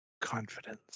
confidence